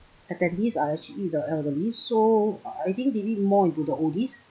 attendees are actually the elderly so I think maybe more into the oldies